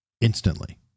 instantly